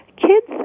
kids